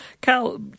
cal